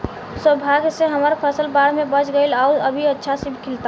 सौभाग्य से हमर फसल बाढ़ में बच गइल आउर अभी अच्छा से खिलता